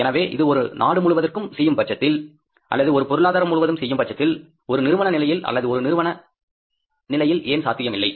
எனவே இது ஒரு நாடு முழுவதற்கும் செய்யும் பட்சத்தில் அல்லது ஒரு பொருளாதாரம் முழுவதும் செய்யும் பட்சத்தில் ஒரு நிறும நிலையில் அல்லது ஒரு நிறுவன நிலையில் ஏன் சாத்தியமில்லை